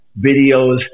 videos